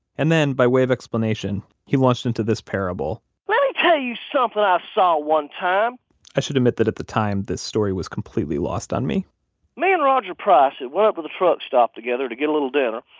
and then, by way of explanation, he launched into this parable let me tell you something i saw one time i should admit that at the time, this story was completely lost on me me and roger price had went up to the truck stop together to get a little dinner.